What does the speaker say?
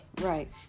right